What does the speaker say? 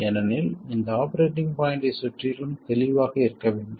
ஏனெனில் இந்த ஆபரேட்டிங் பாய்ண்ட்டைச் சுற்றிலும் தெளிவாக இருக்க வேண்டும்